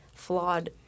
Flawed